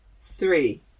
three